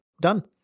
done